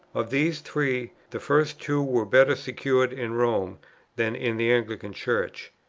of these three, the first two were better secured in rome than in the anglican church.